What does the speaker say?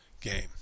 game